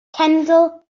cenedl